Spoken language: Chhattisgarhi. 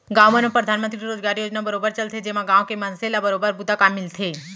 गाँव मन म परधानमंतरी रोजगार योजना बरोबर चलथे जेमा गाँव के मनसे ल बरोबर बूता काम मिलथे